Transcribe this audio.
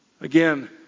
Again